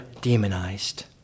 demonized